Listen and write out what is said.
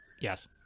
yes